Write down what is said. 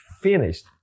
finished